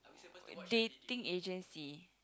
dating agency